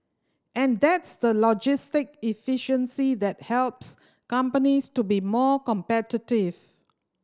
and that's the logistic efficiency that helps companies to be more competitive